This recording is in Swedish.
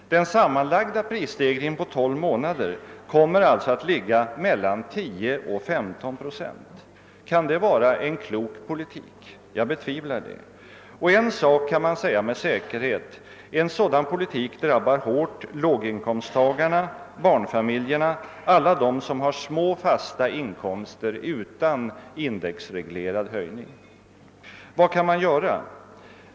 Den sammanlagda prisstegringen under tolv månader kommer alltså att ligga mellan 10 och 15 procent. Kan detta vara klok politik? Jag betvivlar det. En sak kan man säga med säkerhet: en sådan politik drabbar hårt låginkomsttagarna, barnfamiljerna, alla dem som har små fasta inkomster utan indexreglerad höjning. Vad kan man då göra?